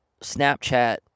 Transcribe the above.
Snapchat